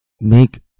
Make